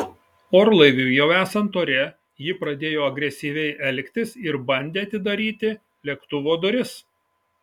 orlaiviui jau esant ore ji pradėjo agresyviai elgtis ir bandė atidaryti lėktuvo duris